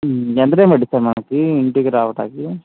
ఎంత టైం పట్టిద్ది సార్ మాకు ఇంటికి రావటానికి